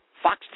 Fox